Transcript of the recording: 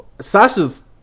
Sasha's